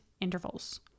intervals